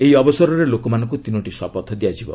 ଏହି ଅବସରରେ ଲୋକମାନଙ୍କୁ ତିନୋଟି ଶପଥ ଦିଆଯିବ